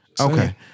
Okay